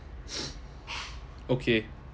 okay